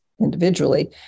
individually